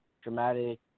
dramatic